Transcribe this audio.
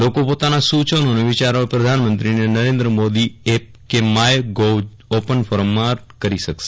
લોકો પોતાનાં સૂચનો અને વિચારો પ્રધાનમંત્રીને નરેન્દ્ર મોદી એપ કે માય ગોવ ઓપન ફોરમમાં કરી શકશે